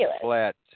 flat